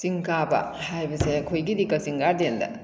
ꯆꯤꯡ ꯀꯥꯕ ꯍꯥꯏꯕꯁꯦ ꯑꯩꯈꯣꯏꯒꯤꯗꯤ ꯀꯛꯆꯤꯡ ꯒꯥꯔꯗꯦꯟꯗ